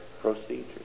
procedures